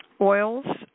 oils